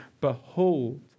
Behold